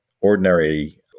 ordinary